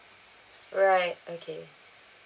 right okay